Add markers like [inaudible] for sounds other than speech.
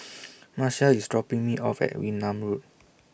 [noise] Marshall IS dropping Me off At Wee Nam Road